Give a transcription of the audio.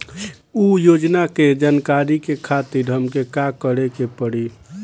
उ योजना के जानकारी के खातिर हमके का करे के पड़ी?